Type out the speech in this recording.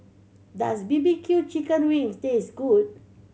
does B B Q chicken wings taste good